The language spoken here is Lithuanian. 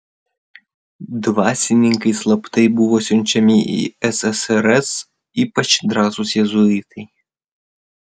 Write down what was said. dvasininkai slaptai buvo siunčiami į ssrs ypač drąsūs jėzuitai